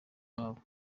babo